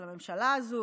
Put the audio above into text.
על הממשלה הזו,